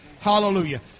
Hallelujah